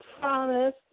promise